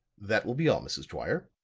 that will be all, mrs. dwyer,